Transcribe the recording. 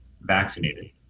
vaccinated